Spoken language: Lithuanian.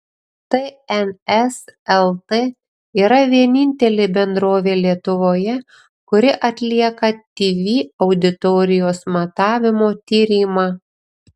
tns lt yra vienintelė bendrovė lietuvoje kuri atlieka tv auditorijos matavimo tyrimą